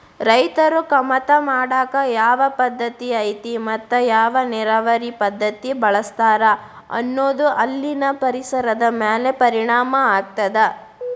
ರೈತರು ಕಮತಾ ಮಾಡಾಕ ಯಾವ ಪದ್ದತಿ ಐತಿ ಮತ್ತ ಯಾವ ನೇರಾವರಿ ಪದ್ಧತಿ ಬಳಸ್ತಾರ ಅನ್ನೋದು ಅಲ್ಲಿನ ಪರಿಸರದ ಮ್ಯಾಲ ಪರಿಣಾಮ ಆಗ್ತದ